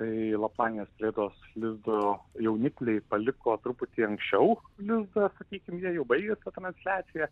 tai laplandijos ritos lizdo jaunikliai paliko truputį anksčiau lizdą sakykim jie jau baigė transliaciją